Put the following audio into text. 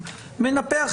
אגב,